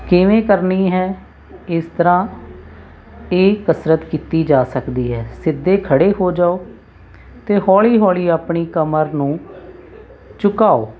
ਕਿਵੇਂ ਕਰਨੀ ਹੈ ਇਸ ਤਰ੍ਹਾਂ ਇਹ ਕਸਰਤ ਕੀਤੀ ਜਾ ਸਕਦੀ ਹੈ ਸਿੱਧੇ ਖੜ੍ਹੇ ਹੋ ਜਾਓ ਅਤੇ ਹੌਲੀ ਹੌਲੀ ਆਪਣੀ ਕਮਰ ਨੂੰ ਝੁਕਾਓ